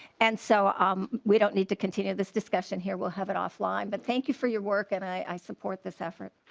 and so um we don't need to continue this discussion and will have it off-line but thank you for your work and i support this effort.